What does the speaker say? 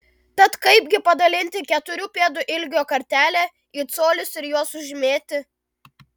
tad kaipgi padalinti keturių pėdų ilgio kartelę į colius ir juos sužymėti